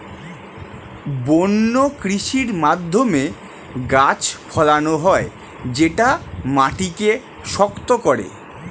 বন্য কৃষির মাধ্যমে গাছ ফলানো হয় যেটা মাটিকে শক্ত করে